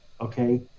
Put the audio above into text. okay